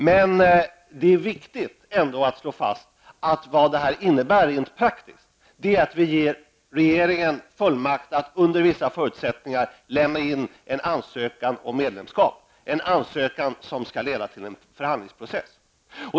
Men det är angeläget att slå fast att det här rent praktiskt innebär att vi ger regeringen fullmakt att under vissa omständigheter lämna in en ansökan om medlemskap, en ansökan som skall leda till en förhandlingsprocess.